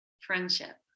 Friendship